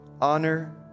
Honor